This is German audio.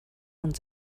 und